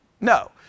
no